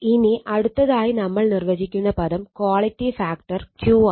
ഇനി അടുത്തതായി നമ്മൾ നിർവചിക്കുന്ന പദം ക്വാളിറ്റി ഫാക്ടർ Q ആണ്